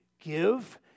give